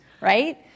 right